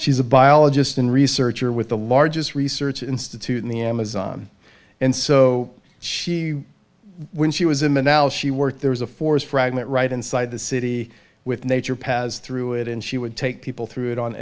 she's a biologist and researcher with the largest research institute in the amazon and so she when she was in the now she worked there was a forest fragment right inside the city with nature paths through it and she would take people through it on